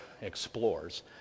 explores